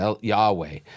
Yahweh